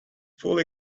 fully